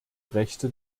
rechte